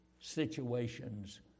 situations